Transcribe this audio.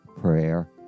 prayer